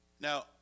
Now